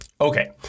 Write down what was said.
Okay